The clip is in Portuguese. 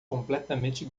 completamente